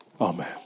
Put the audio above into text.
Amen